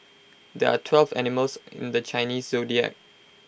there are twelve animals in the Chinese Zodiac